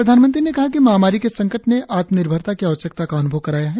प्रधानमंत्री ने कहा कि महामारी के संकट ने आत्मनिर्भरता की आवश्यकता का अन्भव कराया है